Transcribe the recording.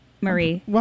Marie